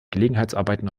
gelegenheitsarbeiten